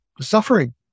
suffering